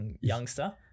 youngster